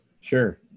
Sure